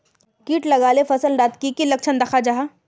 किट लगाले फसल डात की की लक्षण दखा जहा?